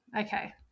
Okay